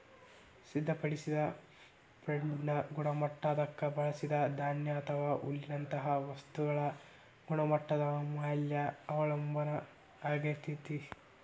ಸಿದ್ಧಪಡಿಸಿದ ಫೇಡ್ನ ಗುಣಮಟ್ಟ ಅದಕ್ಕ ಬಳಸಿದ ಧಾನ್ಯ ಅಥವಾ ಹುಲ್ಲಿನಂತ ವಸ್ತುಗಳ ಗುಣಮಟ್ಟದ ಮ್ಯಾಲೆ ಅವಲಂಬನ ಆಗಿರ್ತೇತಿ